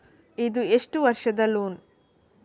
ಇದು ಎಷ್ಟು ವರ್ಷದ ಲೋನ್?